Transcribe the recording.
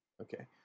okay